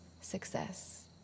success